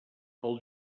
pel